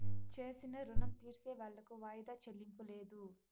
చేసిన రుణం తీర్సేవాళ్లకు వాయిదా చెల్లింపు లేదు